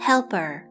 Helper